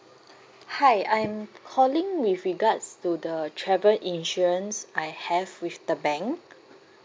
hi I'm calling with regards to the travel insurance I have with the bank